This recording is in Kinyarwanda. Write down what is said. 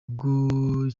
ubwo